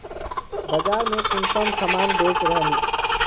बाजार में कुंसम सामान बेच रहली?